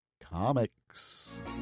comics